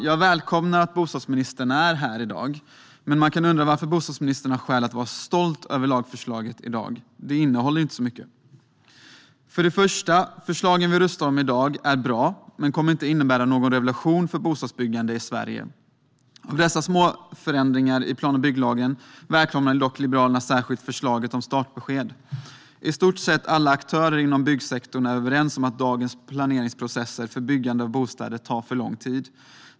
Jag välkomnar att bostadsministern är här i dag, men man kan undra varför bostadsministern har skäl att vara stolt över lagförslaget i dag. Det innehåller inte så mycket. För det första är de förslag vi röstar om i dag bra, men de kommer inte att innebära någon revolution för bostadsbyggandet i Sverige. Av dessa små förändringar i plan och bygglagen välkomnar Liberalerna dock särskilt förslaget om startbesked. I stort sett alla aktörer inom byggsektorn är överens om att dagens planeringsprocesser för byggande av bostäder tar för lång tid.